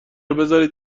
بذارید